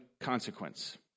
consequence